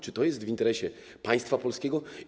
Czy to jest w interesie państwa polskiego?